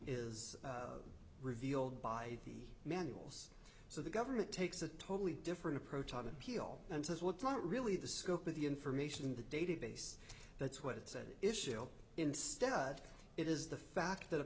is revealed by the manuals so the government takes a totally different approach of appeal and says well it's not really the scope of the information in the database that's what it said issue instead it is the fact that a